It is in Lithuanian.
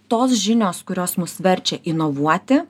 tos žinios kurios mus verčia inovuoti